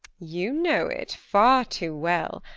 you know it far too well.